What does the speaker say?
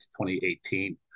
2018